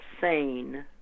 Sane